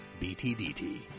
BTDT